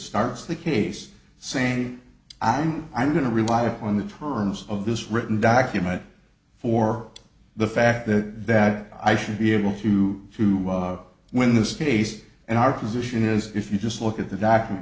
starts the case saying i'm i'm going to rely upon the terms of this written document for the fact that that i should be able to win this case and our position is if you just look at the document